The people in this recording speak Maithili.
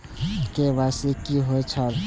के.वाई.सी कि होई छल?